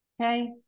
Okay